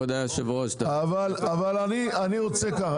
אני רוצה ככה,